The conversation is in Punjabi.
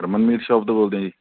ਰਮਨ ਮੀਟ ਸ਼ੌਪ ਤੋਂ ਬੋਲਦੇ ਜੀ